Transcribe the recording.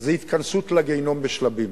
זה התכנסות לגיהינום בשלבים.